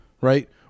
right